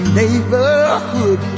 neighborhood